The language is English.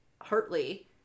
Hartley